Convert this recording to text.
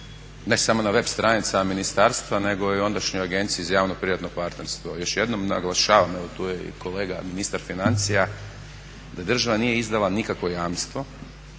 ne samo na web stranicama ministarstva nego i ondašnjoj Agenciji za javno-privatno partnerstvo. Još jednom naglašavam, evo tu je i kolega ministar financija, da država nije izdala nikakvo jamstvo